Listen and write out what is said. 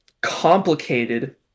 complicated